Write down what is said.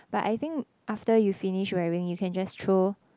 but I think after you finish wearing you can just throw